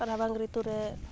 ᱨᱟᱵᱟᱝ ᱨᱤᱛᱩᱨᱮ